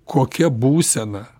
kokia būsena